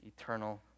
eternal